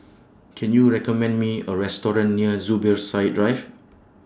Can YOU recommend Me A Restaurant near Zubir Side Drive